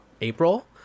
April